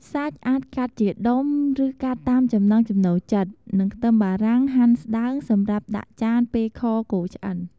សាច់អាចកាត់ជាដុំ ឬកាត់តាមចំណង់ចំណូលចិត្ត និងខ្ទឹមបារាំងហាន់ស្តើង សម្រាប់ដាក់ចានពេលខគោឆ្អិន។